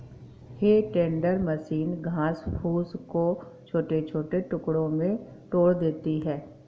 हे tender machine घास फूस को छोटे छोटे टुकड़ों में तोड़ देती है